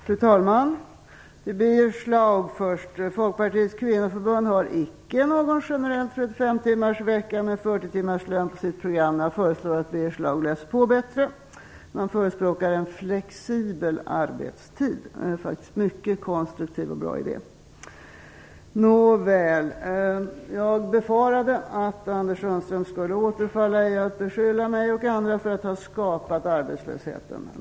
Fru talman! Till Birger Schlaug vill jag först säga att Folkpartiets kvinnoförbund icke har någon generell 35-timmarsvecka med 40-timmarslön på sitt program. Jag föreslår att Birger Schlaug läser på bättre. Man förespråkar en flexibel arbetstid. Det är faktiskt en mycket konstruktiv och bra idé. Jag befarade att Anders Sundström skulle återfalla i att beskylla mig och andra för att ha skapat arbetslösheten.